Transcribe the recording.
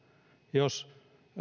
jos